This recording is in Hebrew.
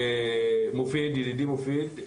מופיד,